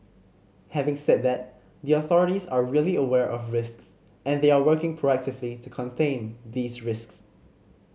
having said that the authorities are really aware of risks and they are working proactively to contain these risks